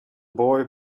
boy